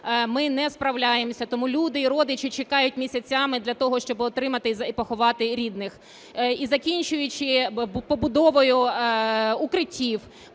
ми не справляємося, тому люди і родичі чекають місяцями для того, щоби отримати і поховати рідних. І закінчуючи побудовою укриттів,